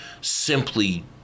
simply